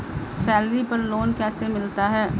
Salary पर loan कैसे मिलता है?